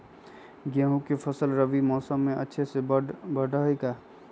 गेंहू के फ़सल रबी मौसम में अच्छे से बढ़ हई का?